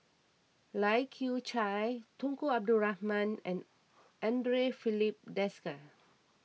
Lai Kew Chai Tunku Abdul Rahman and andre Filipe Desker